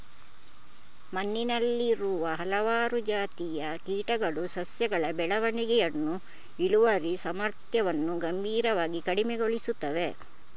ಮಣ್ಣಿನಲ್ಲಿರುವ ಹಲವಾರು ಜಾತಿಯ ಕೀಟಗಳು ಸಸ್ಯಗಳ ಬೆಳವಣಿಗೆಯನ್ನು, ಇಳುವರಿ ಸಾಮರ್ಥ್ಯವನ್ನು ಗಂಭೀರವಾಗಿ ಕಡಿಮೆಗೊಳಿಸುತ್ತವೆ